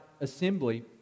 assembly